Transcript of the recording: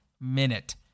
minute